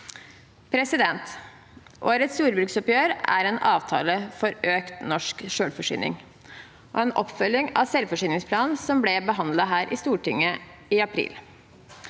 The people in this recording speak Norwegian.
for dette. Årets jordbruksoppgjør er en avtale for økt norsk selvforsyning og en oppfølging av selvforsyningsplanen som ble behandlet i Stortinget i april.